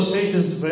Satan's